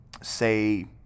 say